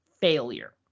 failure